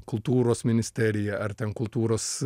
kultūros ministerija ar ten kultūros